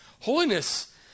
Holiness